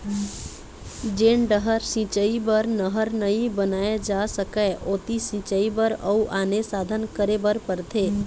जेन डहर सिंचई बर नहर नइ बनाए जा सकय ओती सिंचई बर अउ आने साधन करे बर परथे